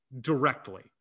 directly